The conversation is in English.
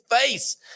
face